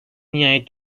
nihayet